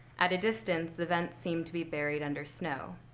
at a distance, the vents seem to be buried under snow.